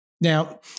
Now